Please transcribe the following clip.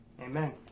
Amen